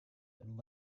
and